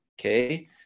Okay